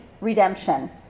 redemption